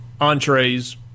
entrees